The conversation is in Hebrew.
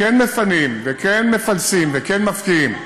כן מפנים וכן מפלסים וכן מפקיעים.